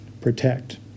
protect